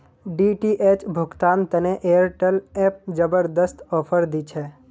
DTH भुगतान तने Airtel app जबरदस्त ऑफर दी छे